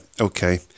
okay